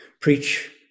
preach